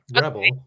rebel